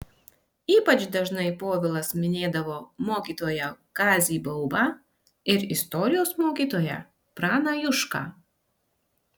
ypač dažnai povilas minėdavo mokytoją kazį baubą ir istorijos mokytoją praną jušką